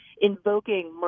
invoking